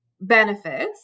benefits